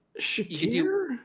Shakir